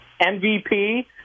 MVP